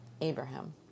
Abraham